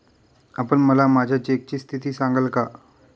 आपण मला माझ्या चेकची स्थिती सांगाल का?